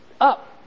up